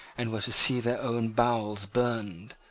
and were to see their own bowels burned,